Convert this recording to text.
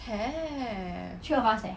have